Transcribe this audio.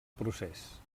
procés